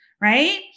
right